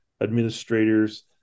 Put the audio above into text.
administrators